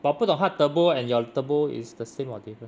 but 不懂它的 turbo and your turbo is the same or different